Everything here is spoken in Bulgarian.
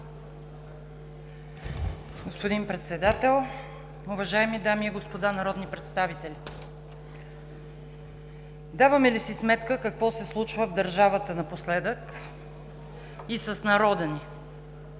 Господин Председател, уважаеми дами и господа народни представители! Даваме ли си сметка какво се случва в държавата напоследък и с народа ни?